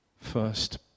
first